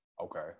Okay